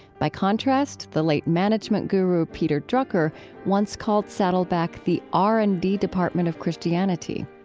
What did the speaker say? by contrast, the late management guru peter drucker once called saddleback the r and d department of christianity.